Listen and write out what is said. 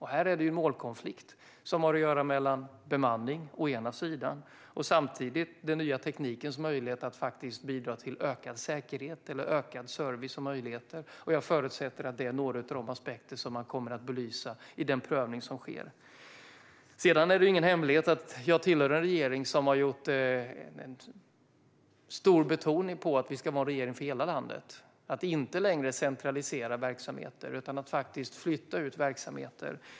Här är det en målkonflikt som har att göra med å ena sidan bemanning och å andra sidan den nya teknikens möjligheter att faktiskt bidra till ökad säkerhet eller ökad service och ökade möjligheter. Jag förutsätter att det är några av de aspekter som man kommer att belysa i den prövning som sker. Sedan är det ingen hemlighet att jag tillhör en regering som har haft en stor betoning på att vi ska vara en regering för hela landet. Det handlar om att inte längre centralisera verksamheter utan flytta ut verksamheter.